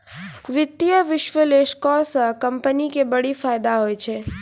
वित्तीय विश्लेषको से कंपनी के बड़ी फायदा होय छै